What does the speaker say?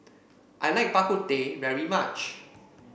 I like Bak Kut Teh very much